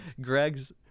Greg's